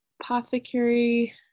apothecary